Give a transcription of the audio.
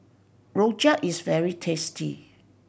rojak is very tasty